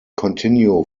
continue